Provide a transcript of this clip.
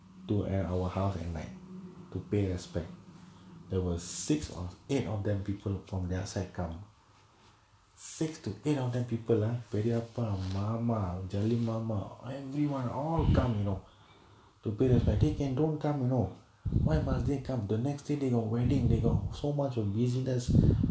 to at our house at night to pay respect they was six of eight of them people from their side come six to eight of them people ah பெரியப்பா மாமா:periyappaa mama jalli மாமா:mama everyone all come you know to pay that's my they can don't come you know why must they come the next day oh wedding day they go so much of busyness